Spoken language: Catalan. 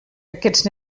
aquests